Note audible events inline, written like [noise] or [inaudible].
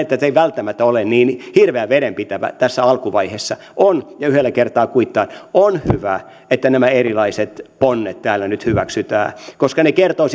[unintelligible] että se ei välttämättä ole niin hirveän vedenpitävä tässä alkuvaiheessa ja yhdellä kertaa kuittaan on hyvä että nämä erilaiset ponnet täällä nyt hyväksytään koska ne kertovat [unintelligible]